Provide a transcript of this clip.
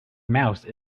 mouse